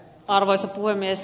arvoisa puhemies